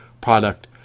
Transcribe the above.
product